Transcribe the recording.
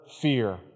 fear